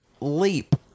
Leap